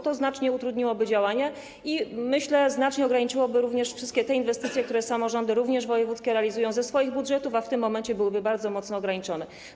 To znacznie utrudniłoby działania i, myślę, znacznie ograniczyłoby również wszystkie te inwestycje, które samorządy, również wojewódzkie, realizują ze swoich budżetów, a w tym momencie byłyby bardzo mocno ograniczone.